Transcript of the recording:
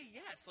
yes